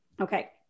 Okay